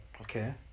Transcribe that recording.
Okay